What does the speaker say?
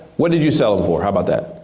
what did you sell it for, how about that.